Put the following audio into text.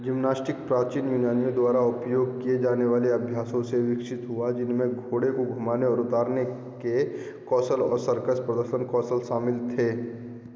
gymnastic प्राचीन यूनानियों द्वारा उपयोग किए जाने वाले अभ्यासों से विकसित हुआ जिनमें घोड़े को घुमाने और उतारने के कौशल और सर्कस प्रदर्शन कौशल शामिल थे